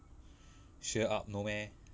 sure up no meh